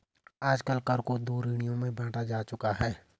आजकल कर को दो श्रेणियों में बांटा जा चुका है